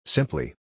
Simply